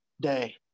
day